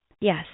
Yes